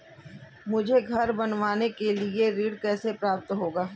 मुझे घर बनवाने के लिए ऋण कैसे प्राप्त होगा?